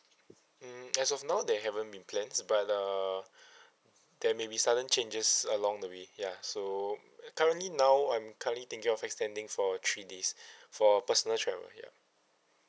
mm as of now they haven't been planned but uh there maybe sudden changes along the way ya so currently now I'm currently thinking of extending for three days for personal travel ya